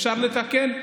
אפשר לתקן.